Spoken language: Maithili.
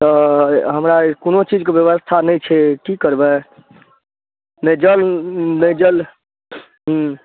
तऽ हमरा कोनो चीज कऽ व्यवस्था नहि छै की करबै नहि जल नहि जल हूँ